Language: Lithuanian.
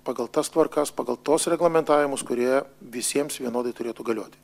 pagal tas tvarkas pagal tuos reglamentavimus kurie visiems vienodai turėtų galioti